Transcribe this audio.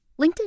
LinkedIn